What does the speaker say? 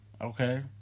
okay